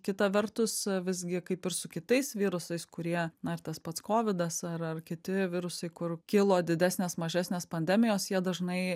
kita vertus visgi kaip ir su kitais virusais kurie na ir tas pats kovidas ar ar kiti virusai kur kilo didesnės mažesnės pandemijos jie dažnai